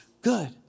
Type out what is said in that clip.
good